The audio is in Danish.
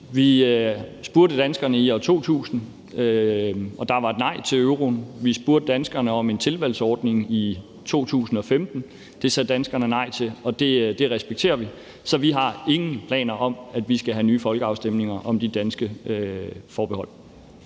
Vi spurgte danskerne i år 2000, og der var der et nej til euroen. Vi spurgte danskerne om en tilvalgsordning i 2015. Det sagde danskernes nej til, og det respekterer vi, så vi har ingen planer om, at vi skal have nye folkeafstemninger om de danske forbehold.